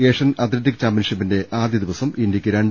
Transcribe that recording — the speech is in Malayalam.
ഏഷ്യൻ അത്ലറ്റിക് ചാമ്പ്യൻഷിപ്പിന്റെ ആദ്യദിവസം ഇന്ത്യക്ക് രണ്ട്